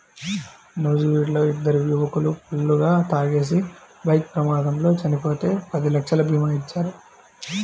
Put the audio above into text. నూజివీడులో ఇద్దరు యువకులు ఫుల్లుగా తాగేసి బైక్ ప్రమాదంలో చనిపోతే పది లక్షల భీమా ఇచ్చారు